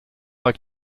like